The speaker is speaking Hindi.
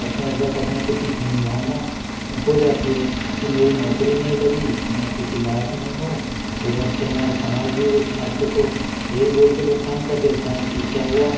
अपने बस अपने प्रति हीन भावना हो जाती है कि मेरी नौकरी नहीं लगी मैं किसी लायक नहीं हूँ ऊपर से हमारा समाज भी उस छात्र को यही बोल कर परेशान कर देता है कि क्या हुआ